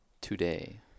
today